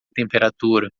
temperatura